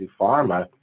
pharma